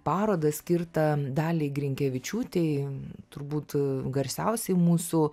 parodą skirtą daliai grinkevičiūtei turbūt garsiausiai mūsų